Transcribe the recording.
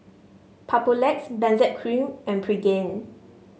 Papulex Benzac Cream and Pregain